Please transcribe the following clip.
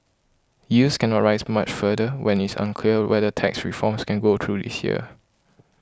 yields cannot rise much further when it is unclear whether tax reforms can go through this year